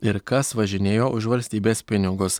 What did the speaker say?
ir kas važinėjo už valstybės pinigus